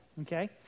okay